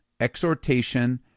exhortation